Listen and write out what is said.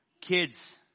Kids